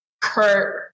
Kurt